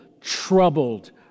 troubled